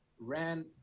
ran